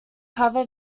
cover